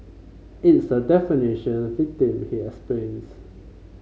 it's a definition victim he explains